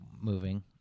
moving